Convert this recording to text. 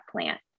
plant